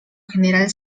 general